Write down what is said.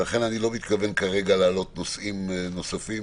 ולכן אני לא מתכוון כרגע להעלות נושאים נוספים,